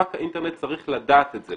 ספק האינטרנט צריך לדעת את זה.